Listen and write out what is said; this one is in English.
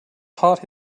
taught